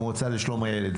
המועצה לשלום הילד,